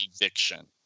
eviction